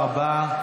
תודה רבה.